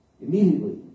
Immediately